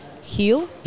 heal